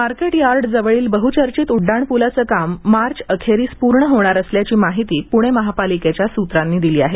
market yard जवळील बहुचर्चित उड्डाणपूलाचे काम मार्च अखेरीस पूर्ण होणार असल्याची माहिती पुणे महापालिकेतील सुत्रांनी दिले आहे